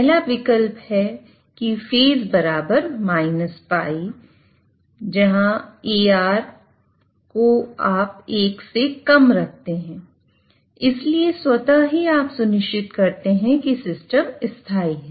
पहला विकल्प है फेज -л पर आप AR को 1 रखते हैं इसलिए स्वता ही आप सुनिश्चित करते हैं कि सिस्टम स्थाई है